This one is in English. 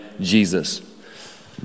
Jesus